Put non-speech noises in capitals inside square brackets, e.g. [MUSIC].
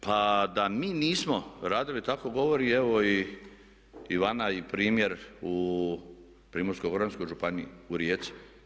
Pa da mi nismo radili tako govori evo i … [UNINTELLIGIBLE] primjer u Primorsko-goranskoj županiji u Rijeci.